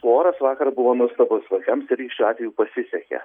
oras vakar buvo nuostabus vaikams tai reiškia šiuo atveju pasisekė